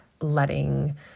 letting